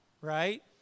right